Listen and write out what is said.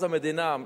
אז המדינה,